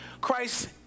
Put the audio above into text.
Christ